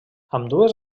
ambdues